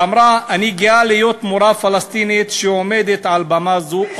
ואמרה: אני גאה להיות מורה פלסטינית שעומדת על במה זו,